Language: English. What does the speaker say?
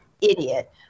idiot